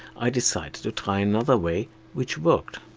i decided to try another way which worked